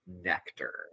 nectar